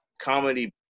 comedy